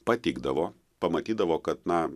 patikdavo pamatydavo kad na